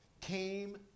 Came